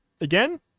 again